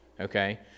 okay